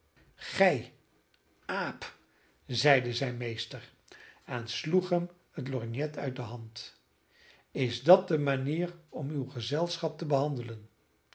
aap zeide zijn meester en sloeg hem het lorgnet uit de hand is dat de manier om uw gezelschap te behandelen